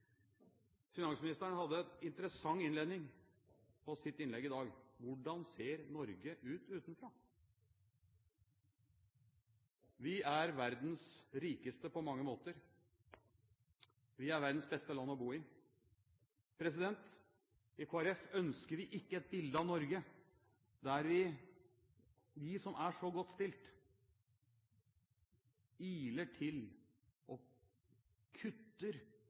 Finansministeren hadde en interessant innledning på sitt innlegg i dag: Hvordan ser Norge ut utenfra? Vi er verdens rikeste på mange måter. Vi er verdens beste land å bo i. I Kristelig Folkeparti ønsker vi ikke et bilde av Norge der vi som er så godt stilt, iler til og kutter